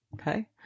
Okay